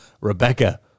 rebecca